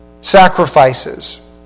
sacrifices